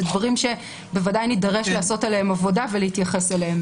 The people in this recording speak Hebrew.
אלה דברים שבוודאי נידרש לעשות עליהם עבודה ולהתייחס אליהם.